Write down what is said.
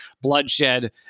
bloodshed